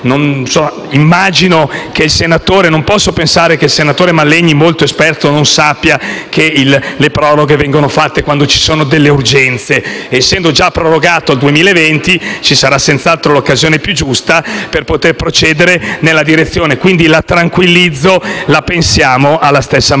una proroga, ma non posso pensare che il senatore Mallegni, molto esperto, non sappia che le proroghe vengono fatte quando ci sono delle urgenze. Essendo già prorogato al 2020, ci sarà senz'altro l'occasione più giusta per poter procedere in quella direzione. Quindi, la tranquillizzo: la pensiamo alla stessa maniera.